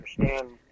understand